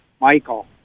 Michael